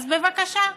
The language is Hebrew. אז בבקשה.